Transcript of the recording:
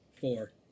Four